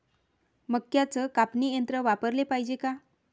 मक्क्याचं कापनी यंत्र वापराले पायजे का?